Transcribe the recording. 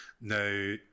Now